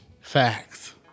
Facts